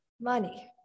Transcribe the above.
money